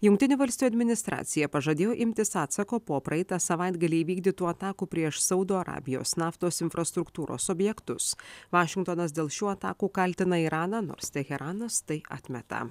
jungtinių valstijų administracija pažadėjo imtis atsako po praeitą savaitgalį įvykdytų atakų prieš saudo arabijos naftos infrastruktūros objektus vašingtonas dėl šių atakų kaltina iraną nors teheranas tai atmeta